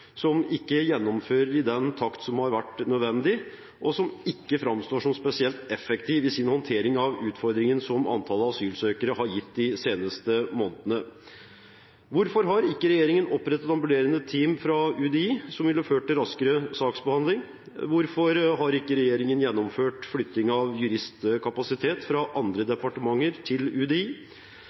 som ikke gjennomfører i den takten som har vært nødvendig, og som ikke framstår som spesielt effektiv i sin håndtering av utfordringen som antallet asylsøkere har gitt de seneste månedene. Hvorfor har ikke regjeringen opprettet ambulerende team fra UDI, noe som ville ført til en raskere saksbehandling? Hvorfor har ikke regjeringen gjennomført flytting av juristkapasitet fra andre departementer til UDI?